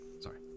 Sorry